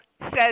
says